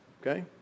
okay